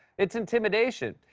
it's intimidation.